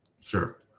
sure